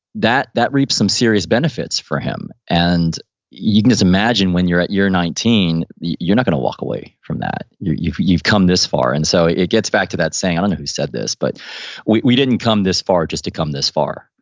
that that reaps some serious benefits for him and you can just imagine when you're at year nineteen, you're not going to walk away from that. you've you've come this far. and so, it gets back to that saying, i don't know who said this, but we we didn't come this far just to come this far.